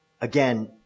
again